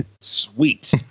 Sweet